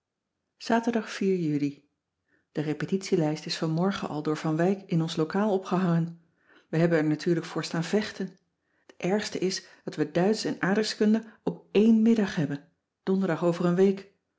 aterdag uli e repetitielijst is vanmorgen al door van wijk in ons lokaal opgehangen we hebben er natuurlijk voor staan vechten t ergste is dat we duitsch en aardrijkskunde op eén middag hebben donderdag over een week